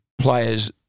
players